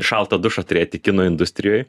šaltą dušą turėti kino industrijoj